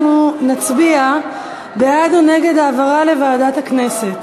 אנחנו נצביע בעד או נגד העברה לוועדת הכנסת.